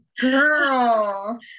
Girl